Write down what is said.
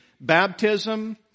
Baptism